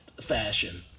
fashion